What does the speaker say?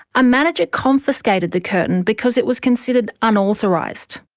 a manager confiscated the curtain because it was considered unauthorised.